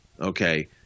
Okay